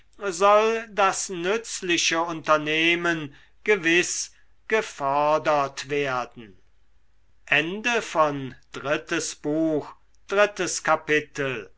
soll das nützliche unternehmen gewiß gefördert werden